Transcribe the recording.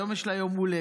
היום יש לה יום הולדת.